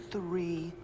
Three